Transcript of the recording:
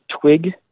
twig